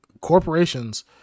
corporations